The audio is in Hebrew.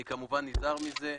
אני כמובן נזהר מזה,